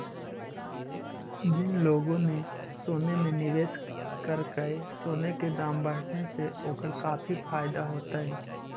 जिन लोगों ने सोने में निवेश करकई, सोने के दाम बढ़ने से ओकरा काफी फायदा होतई